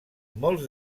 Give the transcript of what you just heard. molts